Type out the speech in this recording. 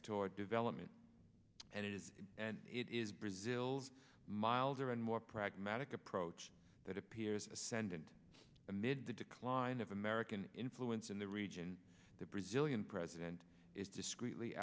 toward development and it is and it is brazil's milder and more pragmatic approach that appears ascendant amid the decline of american influence in the region the brazilian president is discreetly